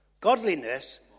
godliness